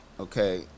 Okay